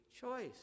choice